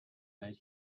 made